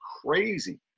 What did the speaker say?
crazy